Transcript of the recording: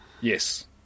Yes